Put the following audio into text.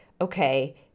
Okay